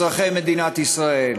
אזרחי מדינת ישראל.